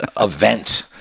event